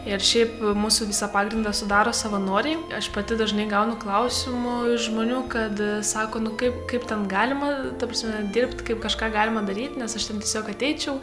ir šiaip mūsų visą pagrindą sudaro savanoriai aš pati dažnai gaunu klausimų iš žmonių kad sako nu kaip kaip ten galima ta prasme dirbt kaip kažką galima daryt nes aš ten tiesiog ateičiau